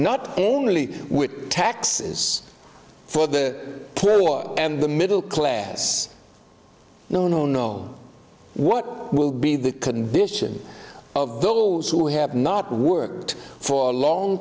not only with taxes for the clearly and the middle class no no no what will be the condition of those who have not worked for a long